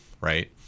Right